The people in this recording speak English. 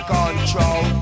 control